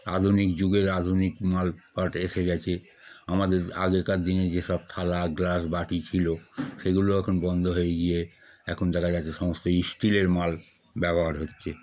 আধুনিক যুগের আধুনিক মাল পাট এসে গিয়েছে আমাদের আগেকার দিনে যেসব থালা গ্লাস বাটি ছিল সেগুলো এখন বন্ধ হয়ে গিয়ে এখন দেখা যাচ্ছে সমস্ত স্টিলের মাল ব্যবহার হচ্ছে